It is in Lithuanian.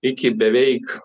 iki beveik